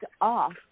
off